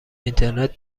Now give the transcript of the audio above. اینترنت